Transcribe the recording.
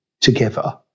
together